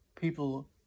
people